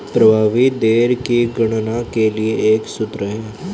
प्रभावी दर की गणना के लिए एक सूत्र है